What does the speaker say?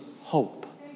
hope